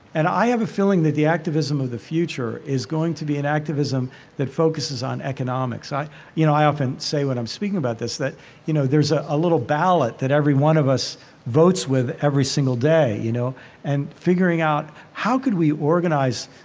and i have a feeling that the activism of the future is going to be an activism that focuses on economics. you know, i often say when i'm speaking about this that you know there's ah a little ballot that every one of us votes with every single day. you know and figuring out how could we organize,